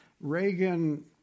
Reagan